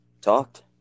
talked